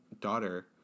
daughter